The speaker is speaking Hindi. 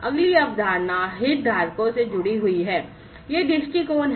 अगली अवधारणा हितधारकों से जुड़ी हुई है ये दृष्टिकोण है